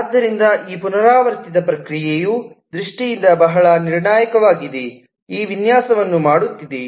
ಆದ್ದರಿಂದ ಈ ಪುನರಾವರ್ತಿತ ಪ್ರಕ್ರಿಯೆಯು ದೃಷ್ಟಿಯಿಂದ ಬಹಳ ನಿರ್ಣಾಯಕವಾಗಿದೆ ಈ ವಿನ್ಯಾಸವನ್ನು ಮಾಡುತ್ತಿದೆ